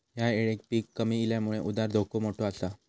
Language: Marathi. ह्या येळेक पीक कमी इल्यामुळे उधार धोका मोठो आसा